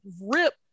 Rip